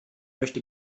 möchte